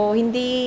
hindi